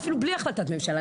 אפילו בלי החלטת ממשלה,